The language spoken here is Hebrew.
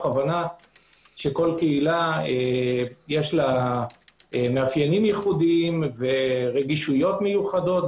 הבנה שכל קהילה יש לה מאפיינים ייחודיים ורגישויות מיוחדות,